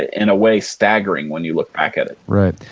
in a way, staggering when you look back at it right.